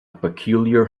peculiar